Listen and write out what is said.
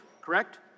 correct